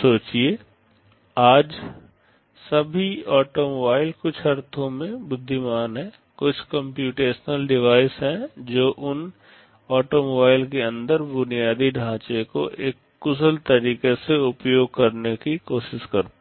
सोचिये आज सभी ऑटोमोबाइल कुछ अर्थों में बुद्धिमान हैं कुछ कम्प्यूटेशनल डिवाइस हैं जो उन ऑटोमोबाइल के अंदर के बुनियादी ढांचे को एक कुशल तरीके से उपयोग करने की कोशिश करते हैं